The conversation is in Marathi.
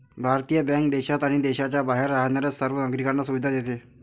भारतीय बँक देशात आणि देशाच्या बाहेर राहणाऱ्या सर्व नागरिकांना सुविधा देते